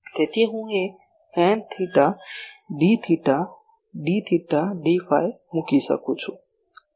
તેથી હું તે sine theta d theta d theta d phi મૂકી શકું છું